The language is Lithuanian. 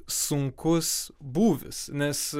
sunkus būvis nes